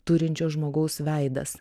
turinčio žmogaus veidas